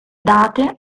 date